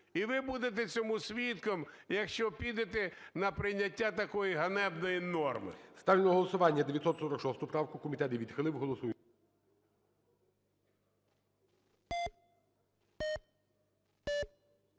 І ви будете цьому свідком, якщо підете на прийняття такої ганебної норми.